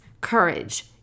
Courage